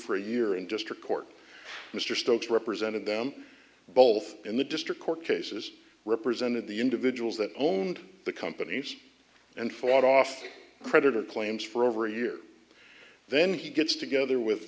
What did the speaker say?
for a year in district court mr stokes represented them both in the district court cases represented the individuals that owned the companies and fought off creditor claims for over a year then he gets together with